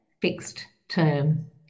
fixed-term